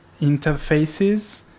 interfaces